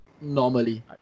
normally